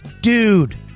dude